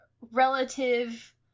relative